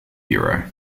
bureau